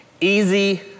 Easy